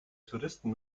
touristen